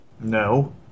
No